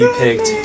picked